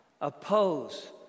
oppose